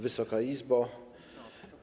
Wysoka Izbo!